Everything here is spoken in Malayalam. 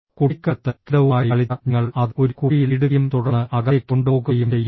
കുട്ടിക്കാലത്ത് കീടവുമായി കളിച്ച ഞങ്ങൾ അത് ഒരു കുപ്പിയിൽ ഇടുകയും തുടർന്ന് അകത്തേക്ക് കൊണ്ടുപോകുകയും ചെയ്യുന്നു